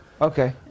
Okay